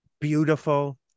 beautiful